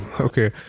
okay